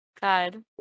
God